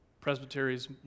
presbyteries